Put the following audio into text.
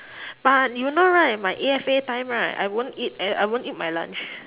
but you know right my A_F_A time right I won't eat a~ I won't eat my lunch